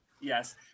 Yes